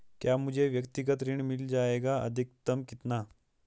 क्या मुझे व्यक्तिगत ऋण मिल जायेगा अधिकतम कितना?